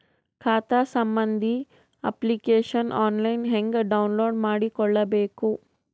ಖಾತಾ ಸಂಬಂಧಿ application online ಹೆಂಗ್ ಡೌನ್ಲೋಡ್ ಮಾಡಿಕೊಳ್ಳಬೇಕು?